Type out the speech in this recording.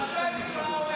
ב-1999 זה מה שהיה.